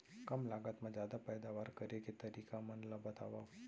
कम लागत मा जादा पैदावार करे के तरीका मन ला बतावव?